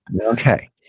Okay